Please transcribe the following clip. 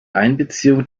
einbeziehung